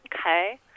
Okay